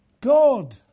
God